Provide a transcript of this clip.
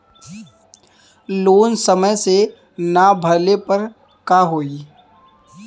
Loan समय से ना भरले पर का होयी?